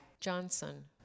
Johnson